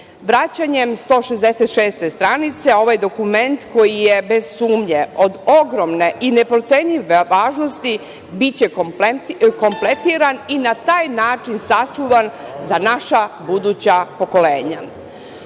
muzeju. Vraćanjem 166. stranice, ovaj dokument, koji je bez sumnje od ogromne i neprocenjive važnosti, biće kompletiran i na taj način sačuvan za naša buduća pokolenja. Polazeći